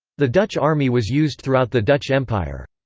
the dutch army was used throughout the dutch empire.